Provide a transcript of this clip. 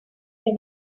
que